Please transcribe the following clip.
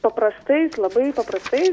paprastai jis labai paprastai